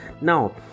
now